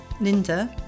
linda